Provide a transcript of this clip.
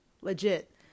Legit